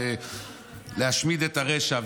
זה להשמיד את הרשע,